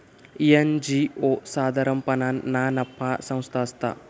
NGO साधारणपणान ना नफा संस्था असता